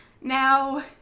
now